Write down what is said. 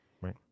Right